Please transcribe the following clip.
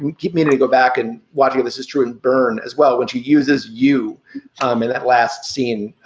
would give me to go back and watch. this is true. and burn as well. when she uses you um in that last scene,